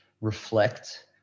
reflect